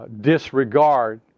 disregard